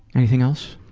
anything else?